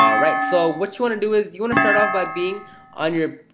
alright so, what you want to do is, you want to start off but being on your,